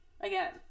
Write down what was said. Again